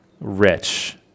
Rich